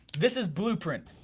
this is blueprint.